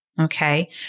Okay